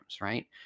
right